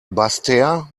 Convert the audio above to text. basseterre